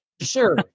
sure